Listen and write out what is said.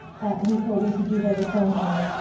that we thought we could use as examples.